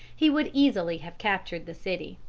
he would easily have captured the city.